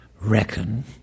reckon